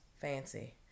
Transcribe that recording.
fancy